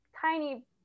tiny